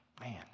man